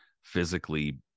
physically